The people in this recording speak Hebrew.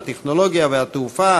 הטכנולוגיה והתעופה,